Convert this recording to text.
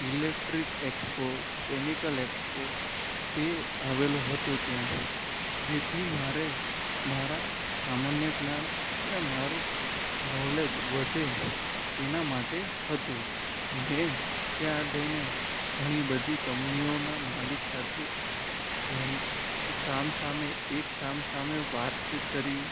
electric expo chemical expo તે આવેલું હતું ત્યાં જેથી મારે મારા સામાન્ય જ્ઞાન અને મારું નોલેજ વધે તેના માટે હતું મેં ત્યાં જઈને ઘણી બધી કંપનીઓના માલિક સાથે વન સામસામે એક સામ સામે વાતચીત કરી